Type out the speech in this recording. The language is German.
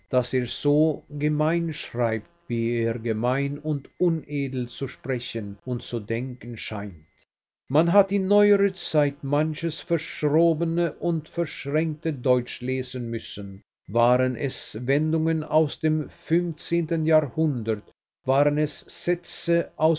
daß er so gemein schreibt wie er gemein und unedel zu sprechen und zu denken scheint man hat in neuerer zeit manches verschrobene und verschränkte deutsch lesen müssen waren es wendungen aus dem fünfzehnten jahrhundert waren es sätze